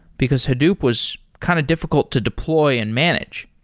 because hadoop was kind of difficult to deploy and manage.